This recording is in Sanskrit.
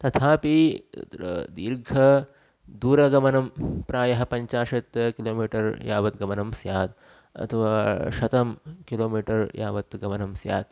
तथापि तत्र दीर्घ दूरगमनं प्रायः पञ्चाशत् किलोमीटर् यावत् गमनं स्यात् अथवा शतं किलोमीटर् यावत् गमनं स्यात्